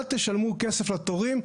אל תשלמו כסף לתורים.